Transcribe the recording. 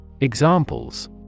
Examples